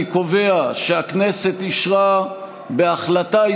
אני קובע שהכנסת אישרה, בהחלטה